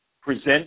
present